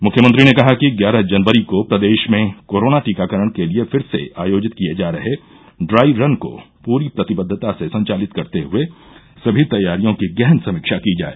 मुख्यमंत्री ने कहा कि इग्यारह जनवरी को प्रदेश मे कोरोना टीकाकरण के लिये फिर से आयोजित किये जा रहे ड्राई रन को पूरी प्रतिबद्वता से संचालित करते हुये सभी तैयारियों की गहन समीक्षा की जाय